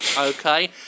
Okay